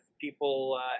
people